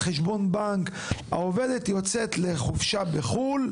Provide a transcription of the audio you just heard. "העובדת יוצאת לחופשה בחו"ל,